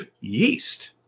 yeast